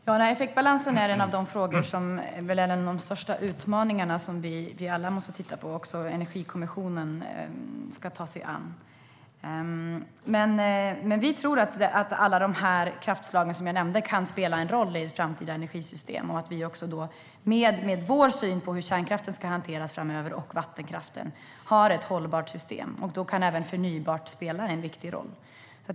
Herr talman! Effektbalansen är en av de största utmaningarna som vi alla måste titta på. Även Energikommissionen ska ta sig an den. Vi tror att alla de kraftslag som jag nämnde kan spela en roll i ett framtida energisystem och att vi har ett hållbart system med vår syn på hur kärnkraften och vattenkraften ska hanteras framöver. Då kan även förnybart spela en viktig roll.